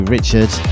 Richard